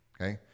Okay